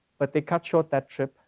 but they cut short that trip,